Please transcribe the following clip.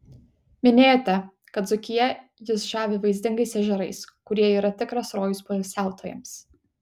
minėjote kad dzūkija jus žavi vaizdingais ežerais kurie yra tikras rojus poilsiautojams